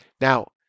now